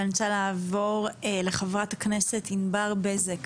ואני רוצה לעבור לחברת הכנסת ענבר בזק.